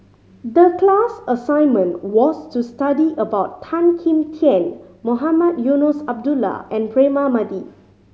the class assignment was to study about Tan Kim Tian Mohamed Eunos Abdullah and Braema Mathi